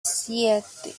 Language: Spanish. siete